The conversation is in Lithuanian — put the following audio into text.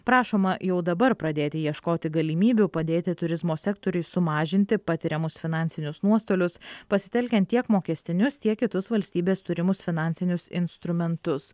prašoma jau dabar pradėti ieškoti galimybių padėti turizmo sektoriui sumažinti patiriamus finansinius nuostolius pasitelkiant tiek mokestinius tiek kitus valstybės turimus finansinius instrumentus